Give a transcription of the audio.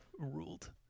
...ruled